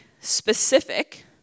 specific